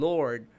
Lord